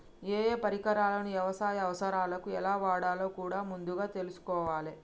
ఏయే పరికరాలను యవసాయ అవసరాలకు ఎలా వాడాలో కూడా ముందుగా తెల్సుకోవాలే